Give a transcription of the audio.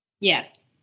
Yes